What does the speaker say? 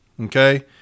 okay